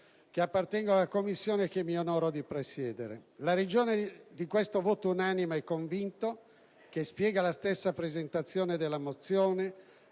che appartengono alla Commissione che mi onoro di presiedere. La ragione di questo voto unanime e convinto, che spiega la stessa presentazione della mozione,